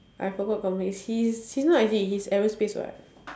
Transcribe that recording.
I forgot company he's he's not in I_T he's aerospace [what]